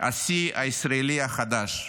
השיא הישראלי החדש.